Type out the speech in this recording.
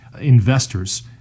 investors